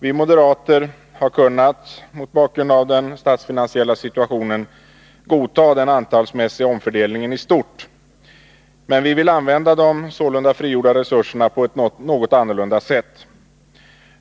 Vi moderater har mot bakgrund av den statsfinansiella situationen kunnat godta den antalsmässiga omfördelningen i stort, men vi vill använda de sålunda frigjorda resurserna på något annat sätt.